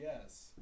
yes